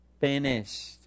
finished